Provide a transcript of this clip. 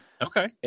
Okay